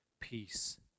peace